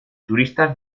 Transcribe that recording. turistas